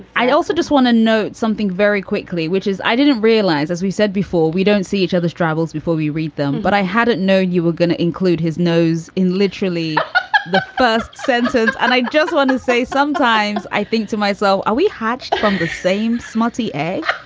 i also just want to note something very quickly, which is i didn't realize, as we said before, we don't see each other straggles before we read them. but i hadn't known you were going to include his nose in literally the first sentence. and i just want to say sometimes i think to myself, are we hatched from the same smutty egg?